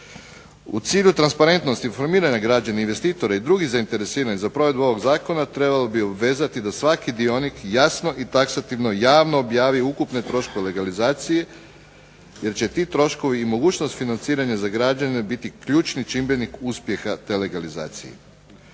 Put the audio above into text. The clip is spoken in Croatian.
U cilju transparentnosti informiranja građana, investitora i drugih zainteresiranih za provedbu ovog zakona, trebalo bi obvezati da svaki dionik jasno i taksativno, javno objavi ukupne troškove legalizacije, jer će ti troškovi i mogućnost financiranja za građane biti ključni čimbenik uspjeha te legalizacije.